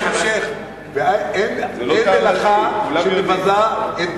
יש המשך: ואין מלאכה המבזה את בעליה.